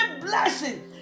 blessing